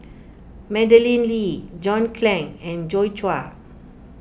Madeleine Lee John Clang and Joi Chua